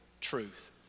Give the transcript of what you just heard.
truth